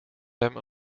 hem